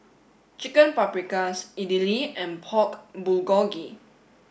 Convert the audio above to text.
Chicken Paprikas Idili and Pork Bulgogi